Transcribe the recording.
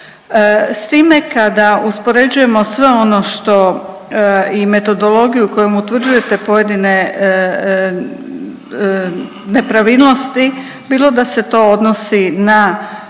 S time kada uspoređujemo sve ono što i metodologiju kojom utvrđujete pojedine nepravilnosti bilo da se to odnosi na